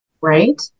Right